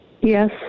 yes